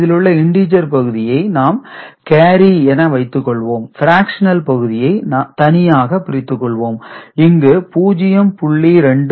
இதிலுள்ள இண்டீஜர் பகுதியை நாம் கேரி என வைத்துக்கொள்வோம் பிராக்சனல் பகுதியை தனியாக பிரித்துக் கொள்ளவும் இங்கு 0